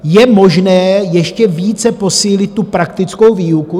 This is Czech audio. Je možné ještě více posílit praktickou výuku.